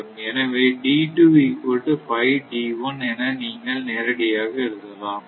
எனவே என நேரடியாக நீங்கள் எழுதலாம்